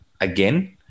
again